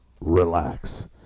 relax